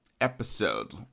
episode